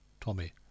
Tommy